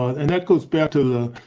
and that goes back to the.